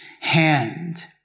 hand